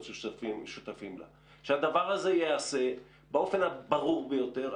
שותפים לה שהדבר הזה ייעשה באופן הברור ביותר,